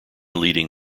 leading